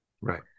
Right